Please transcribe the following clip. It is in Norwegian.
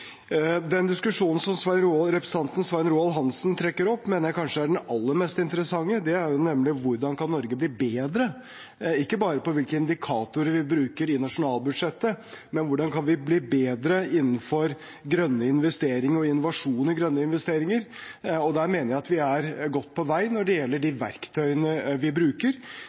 Den diskusjonen som representanten Svein Roald Hansen trekker opp, mener jeg kanskje er den aller mest interessante. Det er nemlig om hvordan Norge kan bli bedre ikke bare på hvilke indikatorer vi bruker i nasjonalbudsjettet, men hvordan vi kan bli bedre innenfor grønne investeringer og innovasjon i grønne investeringer. Der mener jeg at vi er godt på vei når det gjelder de verktøyene vi bruker,